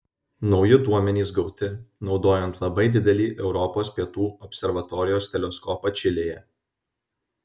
nauji duomenys gauti naudojant labai didelį europos pietų observatorijos teleskopą čilėje